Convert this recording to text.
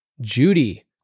Judy